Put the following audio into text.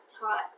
taught